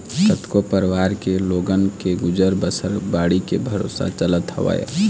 कतको परवार के लोगन के गुजर बसर बाड़ी के भरोसा चलत हवय